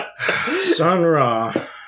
Sunra